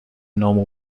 normal